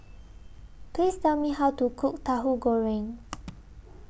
Please Tell Me How to Cook Tahu Goreng